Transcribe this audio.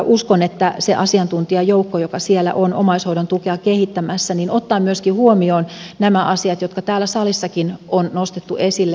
uskon että se asiantuntijajoukko joka siellä on omaishoidon tukea kehittämässä ottaa myöskin huomioon nämä asiat jotka täällä salissakin on nostettu esille